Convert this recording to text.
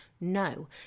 no